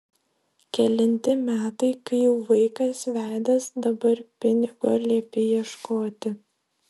kelinti metai kai jau vaikas vedęs dabar pinigo liepi ieškoti